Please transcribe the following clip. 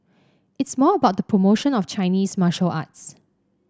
it's more about the promotion of Chinese martial arts